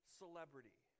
celebrity